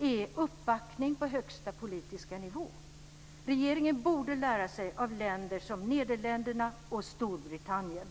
är uppbackning på högsta politiska nivå. Regeringen borde lära sig av länder som Nederländerna och Storbritannien.